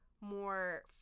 more